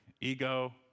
ego